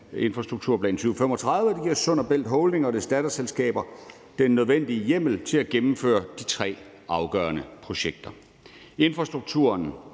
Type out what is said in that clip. Infrastrukturplan 2035«, og det giver Sund & Bælt Holding A/S og dets datterselskaber den nødvendige hjemmel til at gennemføre de tre afgørende projekter. Infrastrukturen